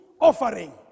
offering